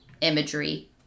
imagery